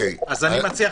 אז אני מציע,